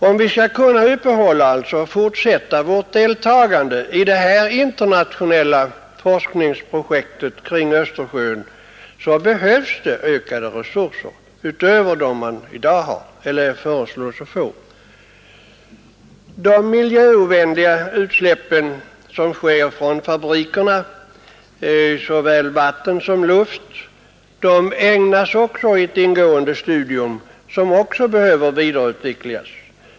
Om vi skall kunna uppehålla och fortsätta vårt deltagande i det internationella forskningsprojektet för Östersjön behövs det ökade resurser utöver de som finns i dag eller de som nu föreslås. De miljöovänliga utsläppen från fabrikerna i såväl vatten som luft ägnas också ett ingående studium. Även den forskningen behöver vidareutvecklas.